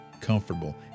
comfortable